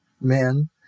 men